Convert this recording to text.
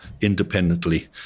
independently